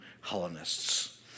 Hellenists